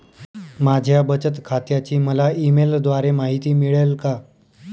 माझ्या बचत खात्याची मला ई मेलद्वारे माहिती मिळेल का?